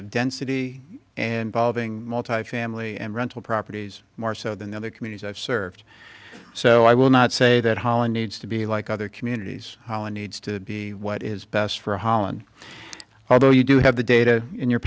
of density and valving multifamily and rental properties more so than the other communities i've served so i will not say that holland needs to be like other communities needs to be what is best for holland although you do have the data in your